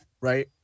right